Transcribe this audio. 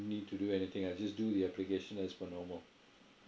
need to do anything I just do the application as per normal